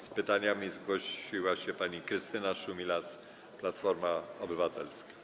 Z pytaniami zgłosiła się pani poseł Krystyna Szumilas, Platforma Obywatelska.